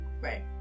Right